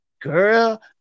Girl